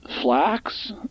flax